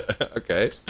Okay